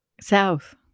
South